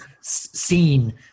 seen